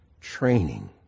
training